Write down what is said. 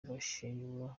bashinjwa